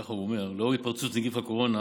כך הוא אומר: לנוכח התפרצות נגיף הקורונה